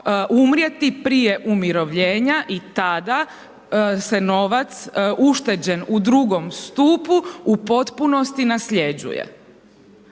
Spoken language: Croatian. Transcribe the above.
umrijeti prije umirovljenja i tada se novac ušteđen u II stupu u potpunosti nasljeđuje.